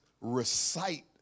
recite